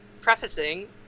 prefacing